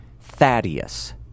Thaddeus